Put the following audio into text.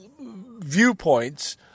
viewpoints